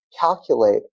calculate